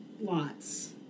Lots